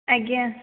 ଆଜ୍ଞା